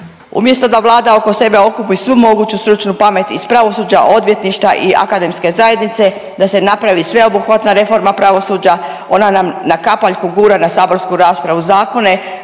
Umjesto da Vlada oko sebe okupi svu moguću stručnu pamet iz pravosuđa, odvjetništva i akademske zajednice da se napravi sveobuhvatna reforma pravosuđa, ona nam na kapaljku gura na saborsku raspravu zakone